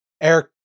Eric